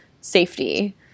safety